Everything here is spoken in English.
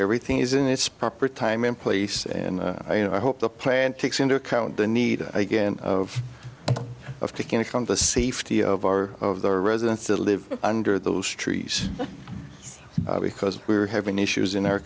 everything is in its proper time and place and you know i hope the plant takes into account the need again of taking it from the safety of our of the residents that live under those trees because we are having issues in our